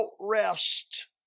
rest